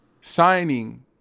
signing